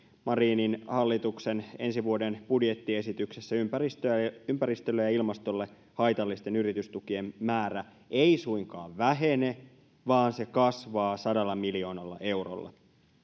marinin hallituksen ensi vuoden budjettiesityksessä ympäristölle ja ilmastolle haitallisten yritystukien määrä ei suinkaan vähene vaan se kasvaa sadalla miljoonalla eurolla